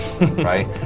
right